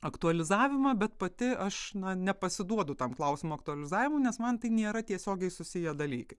aktualizavimą bet pati aš na nepasiduodu tam klausimo aktualizavimui nes man tai nėra tiesiogiai susiję dalykai